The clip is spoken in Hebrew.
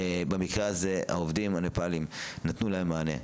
במקרה הזה העובדים הנפאלים נתנו לזה מענה,